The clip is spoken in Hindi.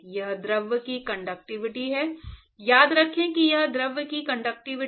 यह द्रव की कंडक्टिविटी है याद रखें कि यह द्रव की कंडक्टिविटी है न कि ठोस की कंडक्टिविटी